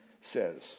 says